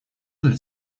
для